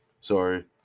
Sorry